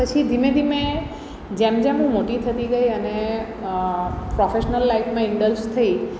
પછી ધીમે ધીમે જેમ જેમ હું મોટી થતી ગઈ અને પ્રોફેશનલ લાઈફમાં ઇન્ડલ્જ થઈ